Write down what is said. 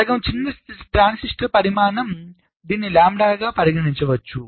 కాబట్టి సగం చిన్న ట్రాన్సిస్టర్ పరిమాణం దీనిని లాంబ్డాగా పరిగణించవచ్చు